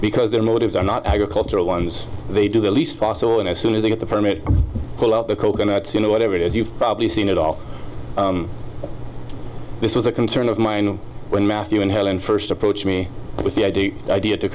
because their motives are not agricultural ones they do the least possible and as soon as they get the permit pull out the coconuts you know whatever it is you've probably seen it all this was a concern of mine when matthew and helen first approached me with the idea idea to